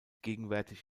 gegenwärtig